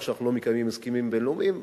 שאנחנו לא מקיימים הסכמים בין-לאומיים.